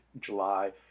July